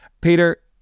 Peter